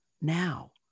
now